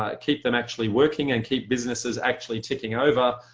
ah keep them actually working and keep businesses actually ticking over,